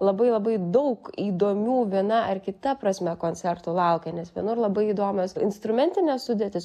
labai labai daug įdomių viena ar kita prasme koncertų laukia nes vienur labai įdomios instrumentinės sudėtys